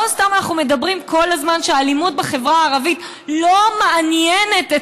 לא סתם אנחנו אומרים כל הזמן שהאלימות בחברה הערבית לא מעניינת את